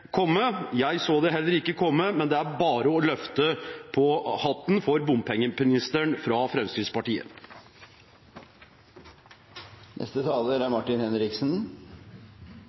komme. Jeg så det heller ikke komme, det er bare å løfte på hatten for bompengeministeren fra Fremskrittspartiet. I dag har statsministeren vært i Alta for å åpne ny E6. Det er